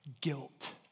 guilt